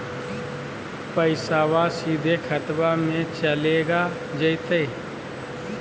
पैसाबा सीधे खतबा मे चलेगा जयते?